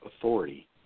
authority